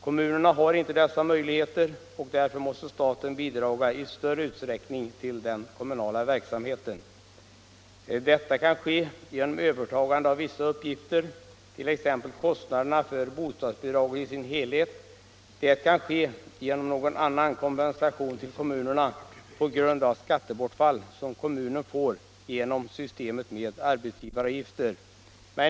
Kommunerna har inte dessa möjligheter, och därför måste staten i större utsträckning bidra till den kommunala verksamheten. Detta kan ske genom övertagande av vissa uppgifter —t.ex. bestridandet av kostnaderna för bostadsbidragen som helhet —- och det kan ske genom någon annan kompensation till kommunerna på grund av det skattebortfall som kommunerna får genom systemet med arbetsgivaravgifter.